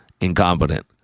incompetent